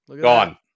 Gone